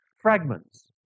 fragments